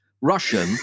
russian